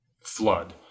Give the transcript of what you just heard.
flood